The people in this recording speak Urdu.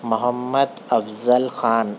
محمد افضل خان